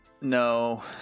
No